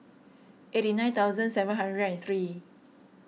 eighty nine thousand seven hundred and three